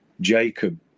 jacob